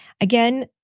Again